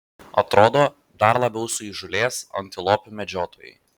atrodo dar labiau suįžūlės antilopių medžiotojai